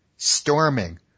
storming